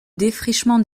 défrichement